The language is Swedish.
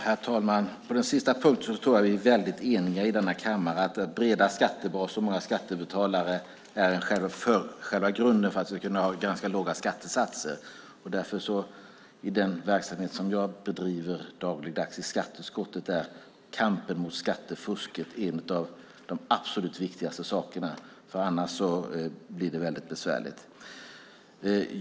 Herr talman! På den sista punkten tror jag att vi är väldigt eniga i denna kammare, nämligen att en bred skattebas och många skattebetalare är själva grunden för att vi ska kunna ha ganska låga skattesatser. Därför är kampen mot skattefusk en av de absolut viktigaste sakerna i den verksamhet som jag bedriver dagligdags i skatteutskottet, för annars blir det väldigt besvärligt.